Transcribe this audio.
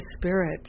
Spirit